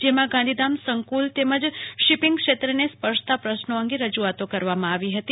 જેમાં ગાંધીધામ સંકુલ તેમજ શિપિંગક્ષેત્રને સ્પર્શતા પ્રશ્નો અંગે રજુઆતો કરવામાં આવી હતી